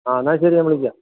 ആ എന്നാൽ ശരി ഞാൻ വിളിക്കാം